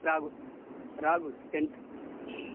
ராகுல் ராகுல் டென்த்